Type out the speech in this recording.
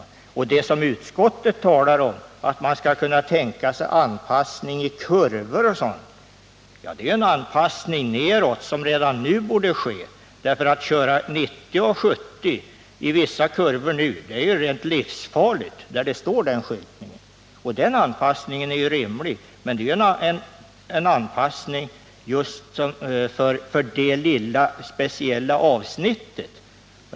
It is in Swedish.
I det sammanhanget vill jag säga att det som utskottet talar om, nämligen att man kan tänka sig en anpassning i kurvor och liknande, innebär en anpassning neråt som redan nu borde ske. Att där 90 eller 70 km anvisas köra med den hastigheten i vissa kurvor är ju rent livsfarligt, och att i sådana fall anpassa farten efter trafikförhållandena är rimligt. Men det gäller ju en anpassning för just det lilla speciella avsnittet av vägen.